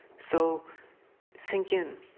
so sink in.